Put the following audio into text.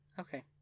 Okay